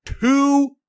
Two